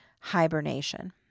hibernation